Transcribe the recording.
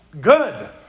good